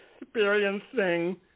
experiencing